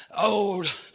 old